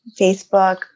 Facebook